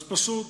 מכיוון